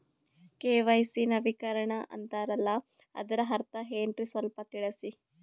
KYC ನವೀಕರಣ ಅಂತಾರಲ್ಲ ಅದರ ಅರ್ಥ ಏನ್ರಿ ಸ್ವಲ್ಪ ತಿಳಸಿ?